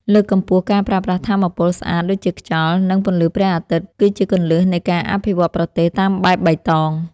លើកកម្ពស់ការប្រើប្រាស់ថាមពលស្អាតដូចជាខ្យល់ និង ពន្លឺព្រះអាទិត្យគឺជាគន្លឹះនៃការអភិវឌ្ឍប្រទេសតាមបែបបៃតង។